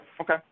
Okay